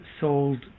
sold